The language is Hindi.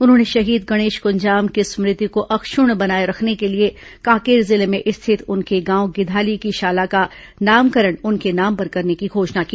उन्होंने शहीद गणेश कुंजाम की स्मृति को अक्षुण्ण बनाए रखने के लिए कांकेर जिले में स्थित उनके गांव गिधाली की शाला का नामकरण उनके नाम पर करने की घोषणा की